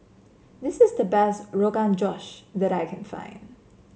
this is the best Rogan Josh that I can find